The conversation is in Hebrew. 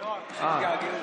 לא, הם פשוט התגעגעו.